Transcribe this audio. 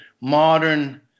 modern